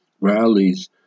rallies